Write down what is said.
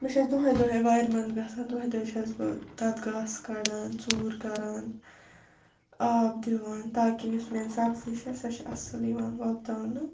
بہٕ چھَس دۄہَے دۄہَے وارِ منٛز گژھان دۄہَے دۄہَے چھَس بہٕ تَتھ گاسہٕ کَڑان ژوٗر کَران آب دِوان تاکہِ یُس میٛٲنۍ سبزی چھِ سۄ چھِ اَصٕل یِوان وۄپداونہٕ